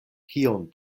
kion